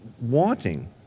wanting